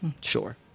Sure